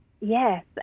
Yes